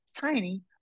tiny